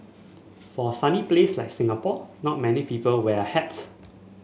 for a sunny place like Singapore not many people wear hats